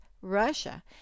Russia